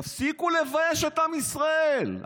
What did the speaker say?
תפסיקו לבייש את עם ישראל.